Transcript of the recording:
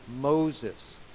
Moses